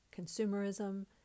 Consumerism